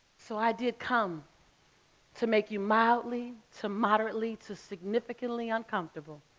so i did come to make you mildly, to moderately, to significantly uncomfortable